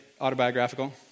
autobiographical